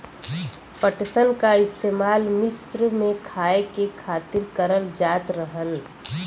पटसन क इस्तेमाल मिस्र में खाए के खातिर करल जात रहल